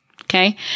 Okay